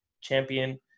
champion